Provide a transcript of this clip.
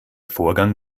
vorgang